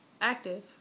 Active